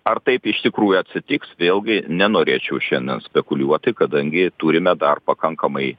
ar taip iš tikrųjų atsitiks vėlgi nenorėčiau šiandien spekuliuoti kadangi turime dar pakankamai